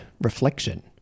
reflection